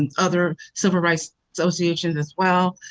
and other civil rights associations as well.